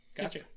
Gotcha